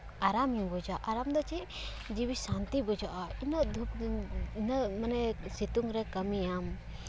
ᱟᱨᱟᱢᱧᱚᱜ ᱵᱩᱡᱟ ᱟᱨᱟᱢ ᱫᱚ ᱪᱮᱫ ᱡᱤᱣᱤ ᱥᱟᱱᱛᱤ ᱵᱩᱡᱷᱟᱹᱜᱼᱟ ᱩᱱᱟᱹᱜ ᱫᱷᱩᱠᱼᱫᱷᱩᱠ ᱩᱱᱟᱹᱜ ᱥᱤᱛᱩᱝ ᱨᱮ ᱢᱟᱱᱮ ᱠᱟᱹᱢᱤᱭᱟᱢ